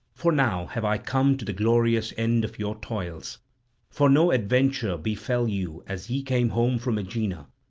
for now have i come to the glorious end of your toils for no adventure befell you as ye came home from aegina,